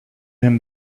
him